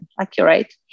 accurate